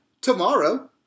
Tomorrow